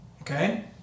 Okay